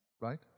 right